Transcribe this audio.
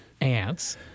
ants